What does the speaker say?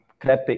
crepe